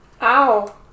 Ow